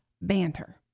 banter